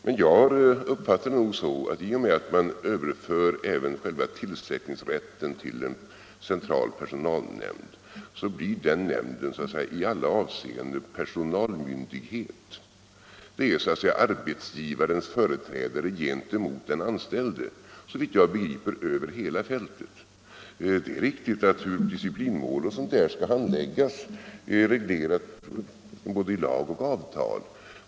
Men jag uppfattar det så att i och med att man överför även själva tillsättningsrätten till en central personalnämnd så blir den nämnden i alla avseenden personalmyndighet. Den är så att säga arbetsgivarens företrädare gentemot den anställde över hela fältet, såvitt jag begriper. Det är riktigt att det är reglerat i både lag och avtal hur disciplinmål skall handläggas.